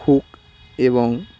hook এবং